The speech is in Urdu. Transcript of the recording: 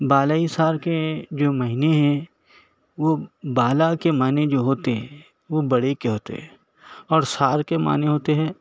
بالا حصار کے جو مہینے ہیں وہ بالا کے معنیٰ جو ہوتے ہیں وہ بڑے کے ہوتے ہیں اور صار کے معنی ہوتے ہیں